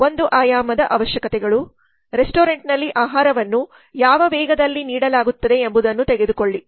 ಒಂದು ಆಯಾಮದ ಅವಶ್ಯಕತೆಗಳು ರೆಸ್ಟೋರೆಂಟ್ನಲ್ಲಿ ಆಹಾರವನ್ನು ಯಾವ ವೇಗದಲ್ಲಿ ನೀಡಲಾಗುತ್ತದೆ ಎಂಬುದನ್ನು ತೆಗೆದುಕೊಳ್ಳಿ